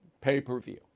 Pay-per-view